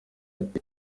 ati